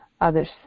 others